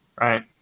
right